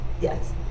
yes